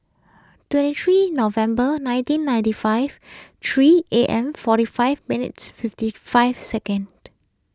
twenty three November nineteen ninety five three A M forty five minutes fifty five second